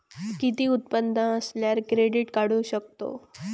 किती उत्पन्न असल्यावर क्रेडीट काढू शकतव?